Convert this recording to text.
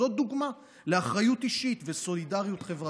זאת דוגמה לאחריות אישית ולסולידריות חברתית.